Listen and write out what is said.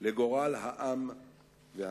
לגורל העם והמדינה.